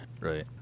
Right